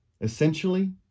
essentially